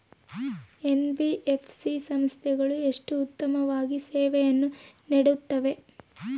NBFC ಸಂಸ್ಥೆಗಳು ಎಷ್ಟು ಉತ್ತಮವಾಗಿ ಸೇವೆಯನ್ನು ನೇಡುತ್ತವೆ?